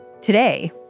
Today